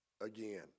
Again